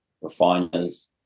refiners